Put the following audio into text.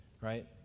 right